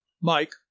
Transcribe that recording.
Mike